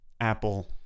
Apple